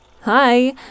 hi